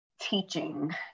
teaching